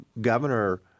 governor